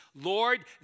Lord